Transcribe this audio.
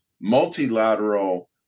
multilateral